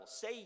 say